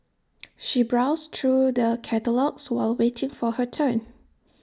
she browsed through the catalogues while waiting for her turn